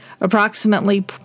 Approximately